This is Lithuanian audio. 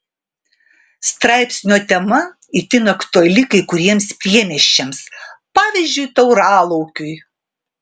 straipsnio tema itin aktuali kai kuriems priemiesčiams pavyzdžiui tauralaukiui